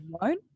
alone